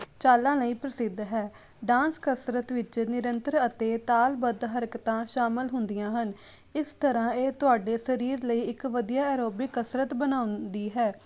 ਚਾਲਾਂ ਲਈ ਪ੍ਰਸਿੱਧ ਹੈ ਡਾਂਸ ਕਸਰਤ ਵਿੱਚ ਨਿਰੰਤਰ ਅਤੇ ਤਾਲਬੱਧ ਹਰਕਤਾਂ ਸ਼ਾਮਿਲ ਹੁੰਦੀਆਂ ਹਨ ਇਸ ਤਰ੍ਹਾਂ ਇਹ ਤੁਹਾਡੇ ਸਰੀਰ ਲਈ ਇੱਕ ਵਧੀਆ ਐਰੋਬਿਕ ਕਸਰਤ ਬਣਾਉਂਦੀ ਹੈ